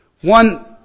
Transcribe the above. One